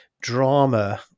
drama